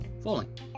falling